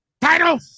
title